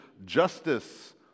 justice